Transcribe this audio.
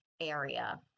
area